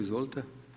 Izvolite.